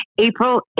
April